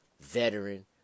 veteran